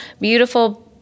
beautiful